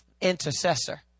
intercessor